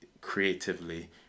creatively